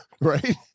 right